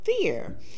fear